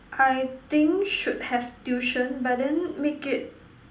I think should have tuition but then make it